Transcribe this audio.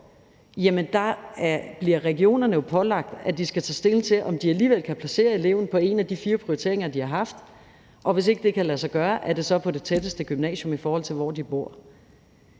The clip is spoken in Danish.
der bliver regionerne jo pålagt at tage stilling til, om de alligevel kan placere eleven på en af de fire prioriteringer, de har haft, og hvis ikke det kan lade sig gøre, vil det være på det gymnasium, der ligger tættest på, hvor de bor.